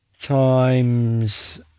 times